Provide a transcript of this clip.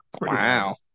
wow